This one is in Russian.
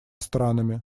странами